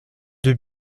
deux